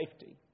safety